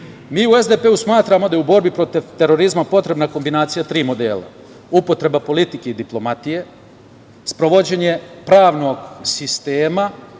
u SDP-u smatramo da je u borbi protiv terorizma potrebna kombinacija tri modela – upotreba politike i diplomatije, sprovođenje pravnog sistema